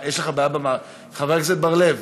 חבר הכנסת בר-לב,